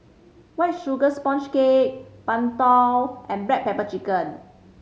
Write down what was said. White Sugar Sponge Cake Png Tao and black pepper chicken